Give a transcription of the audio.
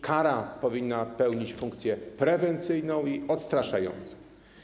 Kara powinna pełnić funkcję prewencyjną i odstraszającą.